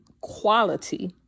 quality